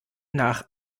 nach